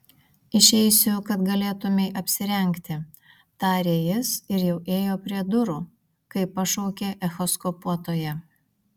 išeisiu kad galėtumei apsirengti tarė jis ir jau ėjo prie durų kai pašaukė echoskopuotoja